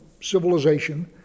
civilization